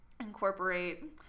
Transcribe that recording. incorporate